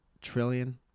trillion